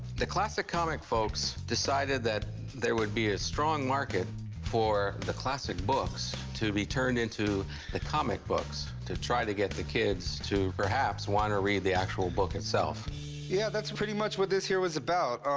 the classic comic folks decided that there would be a strong market for the classic books to be turned into the comic books to try to get the kids to perhaps want to read the actual book itself. chumlee yeah, that's pretty much what this here was about.